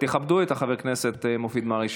תכבדו את חבר הכנסת מופיד מרעי,